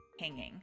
hanging